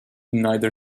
neither